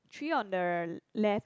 three on the left